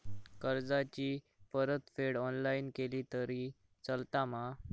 कर्जाची परतफेड ऑनलाइन केली तरी चलता मा?